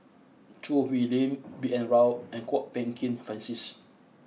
Choo Hwee Lim B N Rao and Kwok Peng Kin Francis